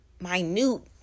minute